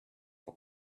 for